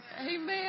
amen